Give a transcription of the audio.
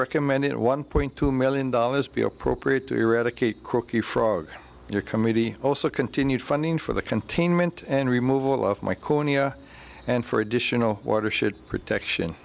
recommended it one point two million dollars be appropriate to eradicate cookie frog your committee also continued funding for the containment and remove all of my cornea and for additional watershed protection